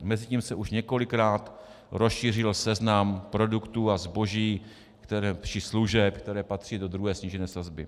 Mezitím se už několikrát rozšířil seznam produktů a zboží či služeb, které patří do druhé snížené sazby.